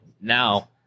now